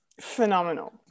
phenomenal